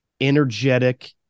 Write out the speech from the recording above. energetic